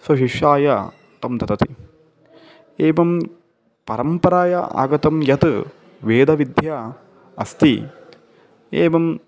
स्वशिष्याय तत् ददाति एवं परम्परया आगतं यः वेदः विद्या अस्ति एवं